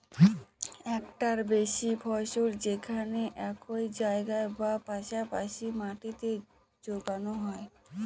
একটার বেশি ফসল যেখানে একই জায়গায় বা পাশা পাশি মাটিতে যোগানো হয়